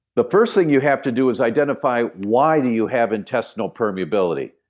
the first thing you have to do is identify why do you have intestinal permeability.